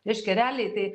reiškia realiai tai